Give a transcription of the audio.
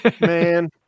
Man